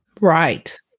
Right